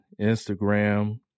Instagram